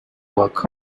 work